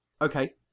Okay